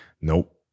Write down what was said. nope